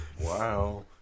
Wow